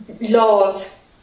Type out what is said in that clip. laws